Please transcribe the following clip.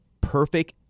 perfect